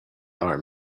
are